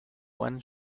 one